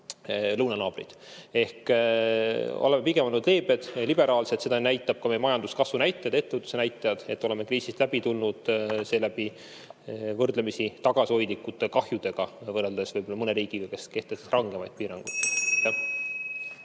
Ehk me oleme pigem olnud leebed, liberaalsed. Seda näitavad ka meie majanduskasvu ja ettevõtluse näitajad, et oleme kriisist läbi tulnud seeläbi võrdlemisi tagasihoidlike kahjudega, võrreldes võib-olla mõne riigiga, kus kehtestati rangemad piirangud.